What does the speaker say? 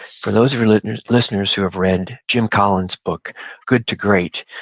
for those of your listeners listeners who have read jim collins' book good to great,